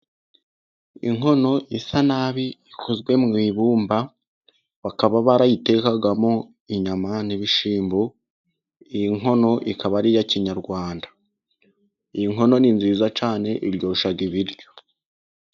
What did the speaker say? Inkono isa nabi, ikozwe mu ibumba, bakaba barayitekagamo inyama n'ibishyimbo . Iyi nkono ikaba ari iya kinyarwanda . Iyi nkono ni nziza cyane iryosha ibiryo.